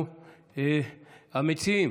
המציעים,